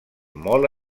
molt